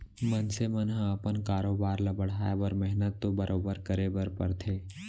मनसे मन ह अपन कारोबार ल बढ़ाए बर मेहनत तो बरोबर करे बर परथे